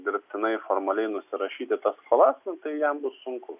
dirbtinai formaliai nusirašyti tas skolas nu tai jam bus sunku